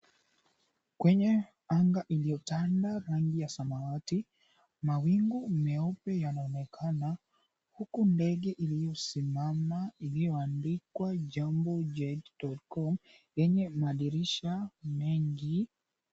Kwenye anga iliyotanda rangi ya samawati, mawingu meupe yanaonekana huku ndege iliyosimama iliyoandikwa, 'Jambojet.com' yenye madirisha mengi.